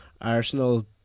Arsenal